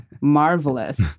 marvelous